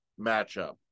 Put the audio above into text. matchup